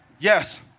Yes